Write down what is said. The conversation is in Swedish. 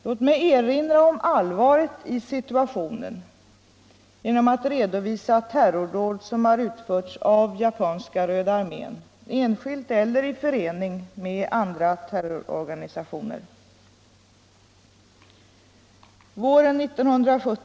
Låt mig erinra om allvaret i situationen genom att redovisa terrordåd som utförts av Japanska röda armén, enskilt eller i förening med andra terrororganisationer.